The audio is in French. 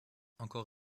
encore